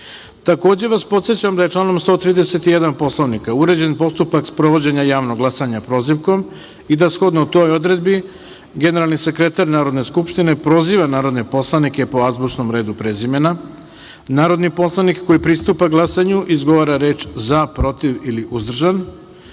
Srbije. Takođe vas podsećam da je članom 131. Poslovnika uređen postupak sprovođenja javnog glasanja - prozivkom i da, shodno toj odredbi, generalni sekretar Narodne skupštine proziva narodne poslanike po azbučnom redu prezimena, narodni poslanik koji pristupa glasanju izgovara reč „za“, „protiv“ ili „uzdržan“,